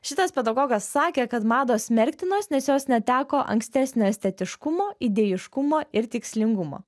šitas pedagogas sakė kad mados smerktinos nes jos neteko ankstesnio estetiškumo idėjiškumo ir tikslingumo